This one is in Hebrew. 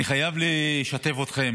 אני חייב לשתף אתכם